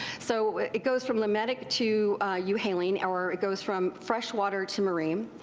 so it goes from limetic to euhaline, or it goes from fresh water to marine.